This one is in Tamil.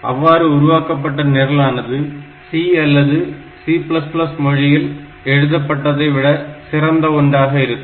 அவ்வாறு உருவாக்கப்பட்ட நிரலானது C அல்லது C மொழியில் எழுதப்பட்டதை விட சிறந்த ஒன்றாக இருக்கும்